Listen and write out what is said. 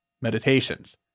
meditations